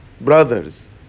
brothers